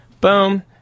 Boom